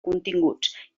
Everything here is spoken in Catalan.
continguts